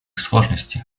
сложности